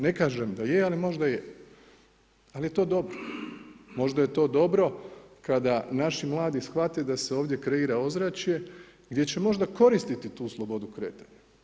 Ne kažem da je, ali možda je, ali je to dobro, možda je to dobro, kada naši mlade shvate da se ovdje kreira ozračje, gdje će možda koristiti tu slobodu kretanja.